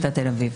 תל אביב.